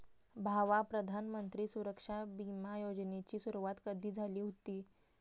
भावा, प्रधानमंत्री सुरक्षा बिमा योजनेची सुरुवात कधी झाली हुती